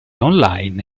online